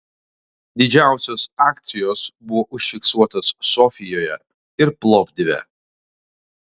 didžiausios akcijos buvo užfiksuotos sofijoje ir plovdive